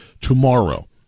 tomorrow